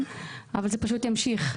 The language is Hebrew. זה חוק חשוב שצריך שיעבור,